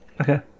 Okay